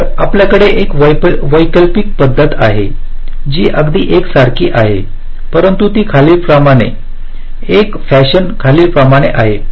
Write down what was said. तर आपल्याकडे एक वैकल्पिक पद्धत आहे जी अगदी एकसारखी आहे परंतु ती खालील प्रमाणे एक फॅशन खालीलप्रमाणे आहे